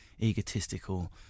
egotistical